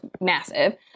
massive